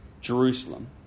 Jerusalem